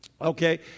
okay